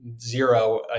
zero